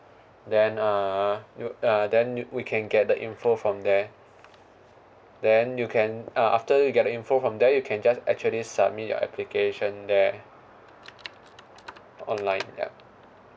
then uh you uh then we can get the info from there then you can uh after you get info from there you can just actually submit your application there online ya